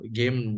game